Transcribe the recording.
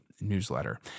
newsletter